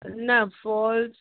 न फॉल